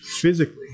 physically